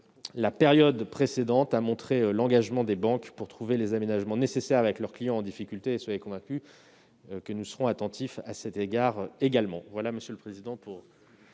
la période précédente a montré l'engagement des banques pour trouver les aménagements nécessaires avec leurs clients en difficulté. Soyez convaincus que nous continuerons d'être attentifs